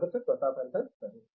professor Pratap Haridas సరే